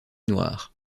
noire